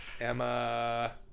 Emma